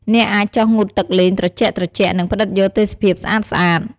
អ្នកអាចចុះងូតទឹកលេងត្រជាក់ៗ និងផ្តិតយកទេសភាពស្អាតៗ។